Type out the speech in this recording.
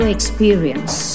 Experience